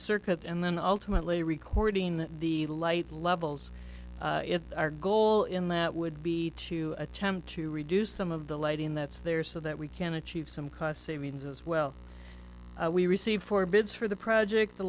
circuit and then ultimately recording the light levels our goal in that would be to attempt to reduce some of the lighting that's there so that we can achieve some cost savings as well we receive for bids for the project